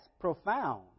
profound